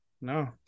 No